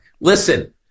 listen